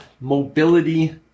mobility